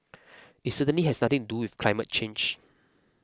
it certainly has nothing to do with climate change